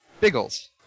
Biggles